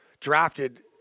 drafted